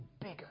bigger